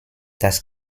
das